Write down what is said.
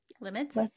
limits